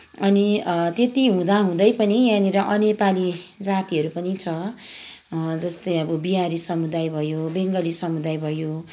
अनि त्यति हुँदाहुँदै पनि यहाँनिर अनेपाली जातिहरू पनि छ जस्तै अब बिहारी समुदाय भयो बङ्गाली समुदाय भयो